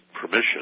permission